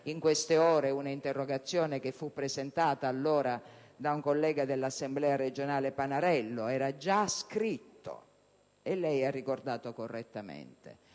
in queste ore un'interrogazione presentata allora da un collega dell'Assemblea regionale, Panarello. Era già scritto. Lei ha ricordato correttamente